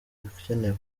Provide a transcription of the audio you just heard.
ibikenewe